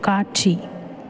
காட்சி